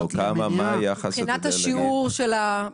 מה היחס, אתה יודע להגיד?